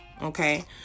Okay